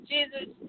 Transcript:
Jesus